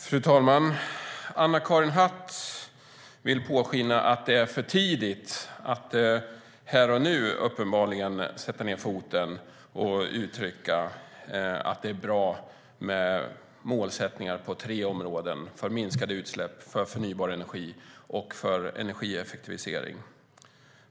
Fru talman! Anna-Karin Hatt vill påskina att det är för tidigt att här och nu sätta ned foten och uttrycka att det är bra med målsättningar på tre områden för minskade utsläpp för förnybar energi och för energieffektivisering.